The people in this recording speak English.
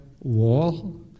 wall